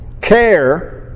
Care